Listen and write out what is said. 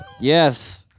yes